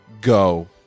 Go